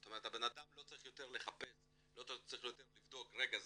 זאת אומרת האדם לא צריך יותר לבדוק "רגע,